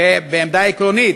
בעמדה עקרונית,